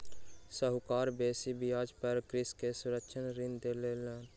साहूकार बेसी ब्याज पर कृषक के सूक्ष्म ऋण देलैन